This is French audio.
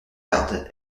garde